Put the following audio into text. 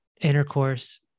intercourse